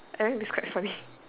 I mean it's quite funny